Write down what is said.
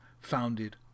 founded